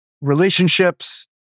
relationships